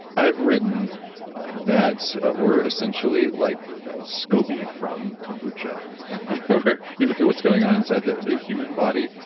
i've written that we're essentially like scoby from kombucha. where you look at what's going on inside the the human body.